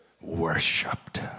worshipped